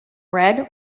red